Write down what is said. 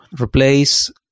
replace